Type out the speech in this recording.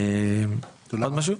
עוד משהו?